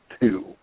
two